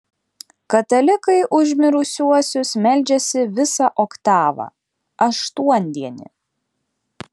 katalikai už mirusiuosius meldžiasi visą oktavą aštuondienį